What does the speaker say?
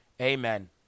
amen